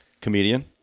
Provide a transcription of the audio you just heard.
Comedian